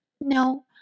No